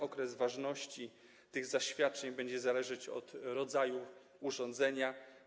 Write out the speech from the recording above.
Okres ważności tych zaświadczeń będzie zależeć od rodzaju urządzenia.